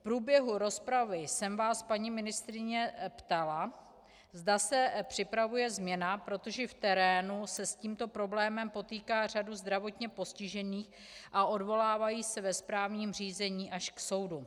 V průběhu rozpravy jsem se vás, paní ministryně, ptala, zda se připravuje změna, protože v terénu se s tímto problémem potýká řada zdravotně postižených a odvolávají se ve správním řízení až k soudům.